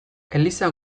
eliza